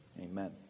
Amen